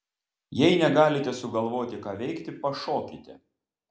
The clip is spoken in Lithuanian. jei negalite sugalvoti ką veikti pašokite